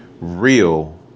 real